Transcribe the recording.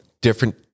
Different